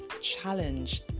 challenge